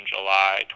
July